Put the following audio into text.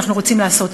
ואנחנו רוצים לעשות.